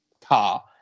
car